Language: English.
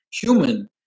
human